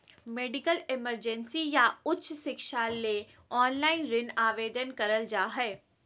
medical emergency या उच्च शिक्षा ले ऑनलाइन ऋण आवेदन करल जा हय